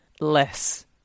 less